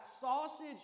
sausage